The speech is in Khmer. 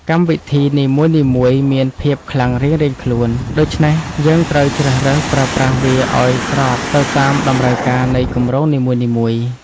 កម្មវិធីនីមួយៗមានភាពខ្លាំងរៀងៗខ្លួន ដូច្នេះយើងត្រូវជ្រើសរើសប្រើប្រាស់វាឱ្យស្របទៅតាមតម្រូវការនៃគម្រោងនីមួយៗ។